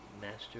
Master